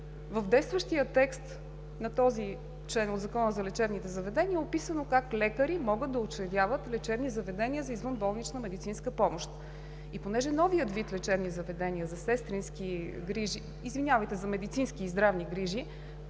В действащия текст на този член от Закона за лечебните заведения е описано как лекари могат да учредяват лечебни заведения за извънболнична медицинска помощ. И понеже новият вид лечебни заведения за медицински и здравни грижи